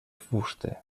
fusta